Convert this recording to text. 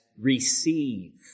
receive